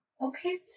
Okay